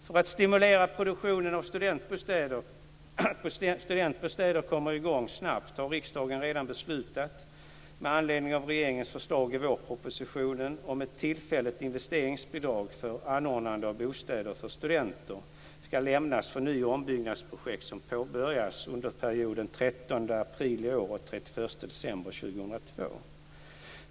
För att stimulera att produktionen av studentbostäder kommer i gång snabbt har riksdagen redan beslutat, med anledning av regeringens förslag i vårpropositionen, att ett tillfälligt investeringsbidrag för anordnande av bostäder för studenter ska lämnas för ny och ombyggnadsprojekt som påbörjas under perioden den 13 april 2000-den 31 december 2002.